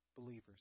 believers